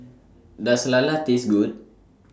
Does Lala Taste Good